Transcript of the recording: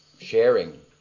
sharing